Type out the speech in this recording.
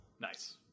Nice